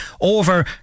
over